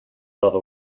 level